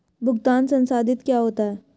भुगतान संसाधित क्या होता है?